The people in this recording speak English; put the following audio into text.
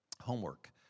Homework